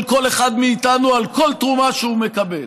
כל אחד מאיתנו על כל תרומה שהוא מקבל.